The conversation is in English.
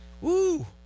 Woo